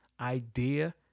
idea